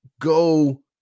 go